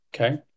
Okay